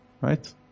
right